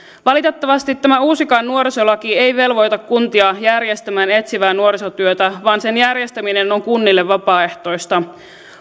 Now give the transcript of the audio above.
valitettavasti tämä uusikaan nuorisolaki ei velvoita kuntia järjestämään etsivää nuorisotyötä vaan sen järjestäminen on kunnille vapaaehtoista